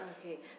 Okay